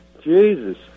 Jesus